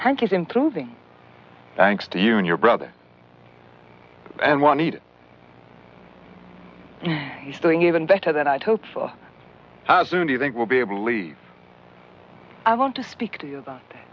is improving thanks to you and your brother and juanita is doing even better than i'd hoped for as soon you think we'll be able to leave i want to speak to you about that